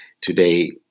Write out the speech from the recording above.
today